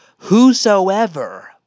...whosoever